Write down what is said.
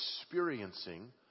experiencing